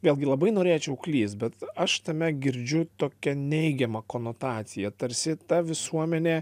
vėlgi labai norėčiau klyst bet aš tame girdžiu tokią neigiamą konotaciją tarsi ta visuomenė